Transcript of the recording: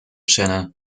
channel